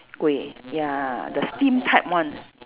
kueh ya the steamed type one